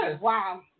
Wow